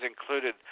included